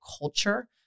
culture